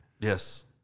Yes